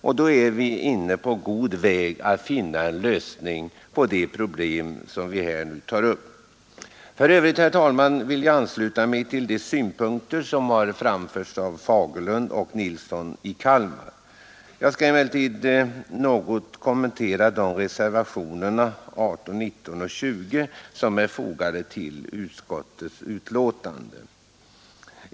Därmed är vi på god väg att finna en lösning på de problem som debatteras. I övrigt, herr talman, vill jag ansluta mig till de synpunkter som framförts av herrar Fagerlund och Nilsson i Kalmar. Jag skall emellertid något kommentera de vid inrikesutskottets betänkande fogade reservationerna nr 18, 19 och 20.